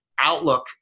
outlook